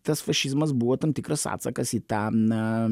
tas fašizmas buvo tam tikras atsakas į tą na